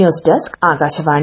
news desk Akashvani